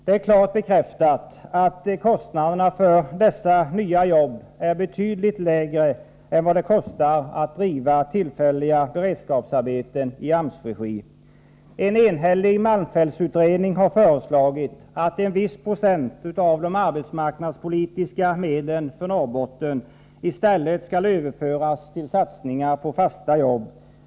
Det är klart bekräftat att kostnaderna för de nya jobb som detta ger är betydligt lägre än för tillfälliga beredskapsarbeten i AMS-regi. En enhällig malmfältsutredning har därför föreslagit att en viss procentandel av de arbetsmarknadspolitiska medlen för Norrbotten skall överföras till satsningar på fasta jobb.